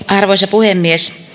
arvoisa puhemies